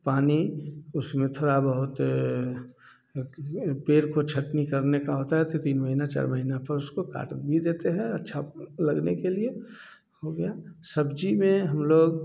पानी उसमें थोड़ा बहुत पेड़ को छटनी करने को होता है तीन महीना चार महीना पर उसको काट भी देते हैं अच्छा लगने के लिए हो गया सब्जी में हम लोग